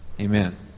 Amen